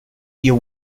you